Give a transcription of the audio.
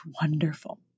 wonderful